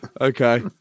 Okay